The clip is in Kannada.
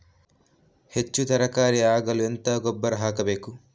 ಹೆಚ್ಚು ತರಕಾರಿ ಆಗಲು ಎಂತ ಗೊಬ್ಬರ ಹಾಕಬೇಕು?